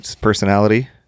personality